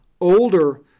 older